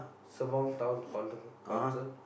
Sembawang town counc~ council